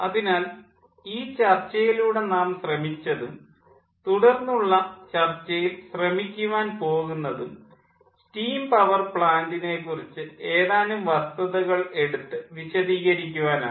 അതിനാൽ ഈ ചർച്ചയിലൂടെ നാം ശ്രമിച്ചതും തുടർന്നുള്ള തുടർന്നുള്ള ചർച്ചയിൽ ശ്രമിക്കുവാൻ പോകുന്നതും സ്റ്റീം പവർ പ്ലാൻ്റിനെക്കുറിച്ച് ഏതാനും വസ്തുതകൾ എടുത്ത് വിശദീകരിക്കുവാനാണ്